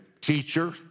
Teacher